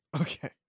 Okay